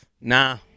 Nah